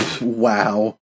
Wow